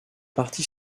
parti